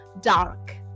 dark